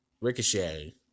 Ricochet